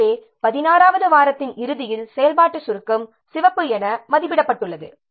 எனவே 16 வது வாரத்தின் இறுதியில் செயல்பாட்டு சுருக்கம் சிவப்பு என மதிப்பிடப்படுகிறது